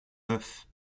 veuf